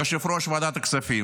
ליושב-ראש ועדת הכספים,